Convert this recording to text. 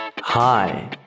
Hi